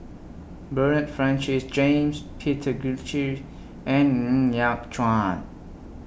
Bernard Francis James Peter Gilchrist and Ng Yat Chuan